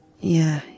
Yeah